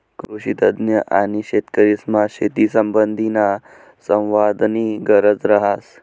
कृषीतज्ञ आणि शेतकरीसमा शेतीसंबंधीना संवादनी गरज रहास